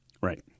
Right